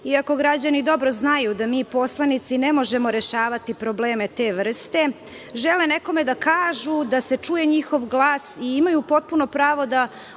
građani dobro znaju da mi poslanici ne možemo rešavati probleme te vrste, žele nekome da kažu, da se čuje njihov glas i imaju potpuno pravo da od